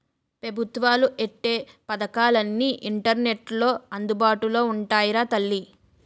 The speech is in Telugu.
పెబుత్వాలు ఎట్టే పదకాలన్నీ ఇంటర్నెట్లో అందుబాటులో ఉంటాయిరా తల్లీ